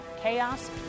chaos